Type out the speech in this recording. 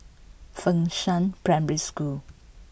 Fengshan Primary School